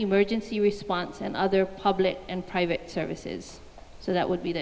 emergency response and other public and private services so that would be